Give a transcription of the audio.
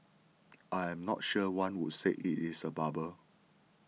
I'm not sure one would say it is a bubble